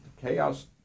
chaos